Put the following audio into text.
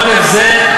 עודף זה,